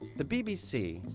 the bbc,